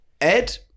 Ed